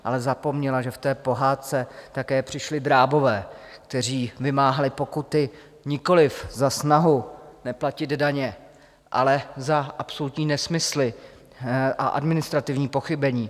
Ale zapomněla, že v té pohádce také přišli drábové, kteří vymáhali pokuty nikoliv za snahu neplatit daně, ale za absolutní nesmysly a administrativní pochybení.